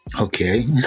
Okay